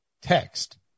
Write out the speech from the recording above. text